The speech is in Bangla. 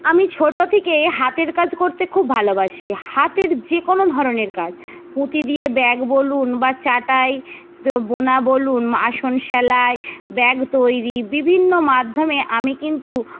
আমি ছোটো থেকেই হাতের কাজ করতে খুব ভালোবাসি হাতের যে কোন ধরনের কাজ পুঁতি দিয়ে ব্যাগ বলুন বা চাটাই বোনা বলুন আসন সেলাই ব্যাগ তৈরি বিভিন্ন মাধ্যমে আমি কিন্তু